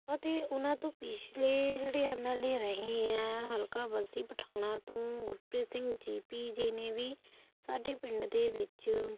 ਅਤੇ ਓਹਨਾਂ ਤੋਂ ਪਿਛਲੇ ਜਿਹੜੇ ਐੱਮ ਐੱਲ ਏ ਰਹੇ ਹੈ ਹਲਕਾ ਬਸੀ ਪਠਾਣਾਂ ਤੋਂ ਗੁਰਪ੍ਰੀਤ ਸਿੰਘ ਜੀ ਪੀ ਜੀ ਨੇ ਵੀ ਸਾਡੇ ਪਿੰਡ ਦੇ ਵਿੱਚ